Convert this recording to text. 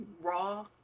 raw